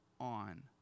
on